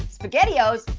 spaghetti-os?